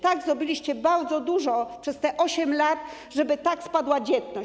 Tak, zrobiliście bardzo dużo przez te 8 lat, żeby tak spadła dzietność.